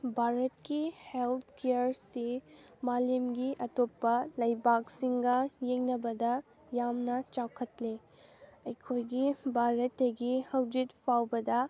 ꯚꯥꯔꯠꯀꯤ ꯍꯦꯜ ꯀꯤꯌꯔꯁꯤ ꯃꯥꯂꯦꯝꯒꯤ ꯑꯇꯣꯞꯄ ꯂꯩꯕꯥꯛꯁꯤꯡꯒ ꯌꯦꯡꯅꯕꯗ ꯌꯥꯝꯅ ꯆꯥꯎꯈꯠꯂꯤ ꯑꯩꯈꯣꯏꯒꯤ ꯚꯥꯔꯠꯇꯒꯤ ꯍꯧꯖꯤꯛ ꯐꯥꯎꯕꯗ